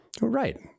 right